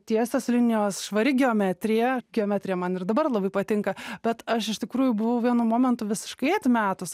tiesios linijos švari geometrija geometrija man ir dabar labai patinka bet aš iš tikrųjų buvau vienu momentu visiškai atmetus